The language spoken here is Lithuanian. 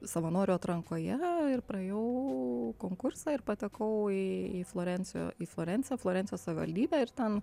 savanorių atrankoje ir praėjau konkursą ir patekau į florenciją į florenciją florencijos savivaldybę ir ten